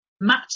match